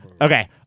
Okay